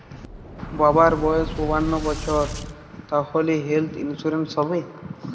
বাবার বয়স পঞ্চান্ন বছর তাহলে হেল্থ ইন্সুরেন্স হবে?